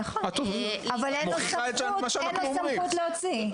נכון, אבל אין לו סמכות להוציא.